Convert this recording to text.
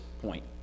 point